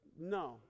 No